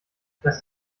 lasst